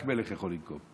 רק מלך יכול לנקום.